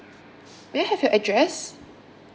may I have your address